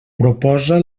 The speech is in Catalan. proposa